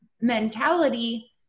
mentality